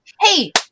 Hey